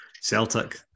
Celtic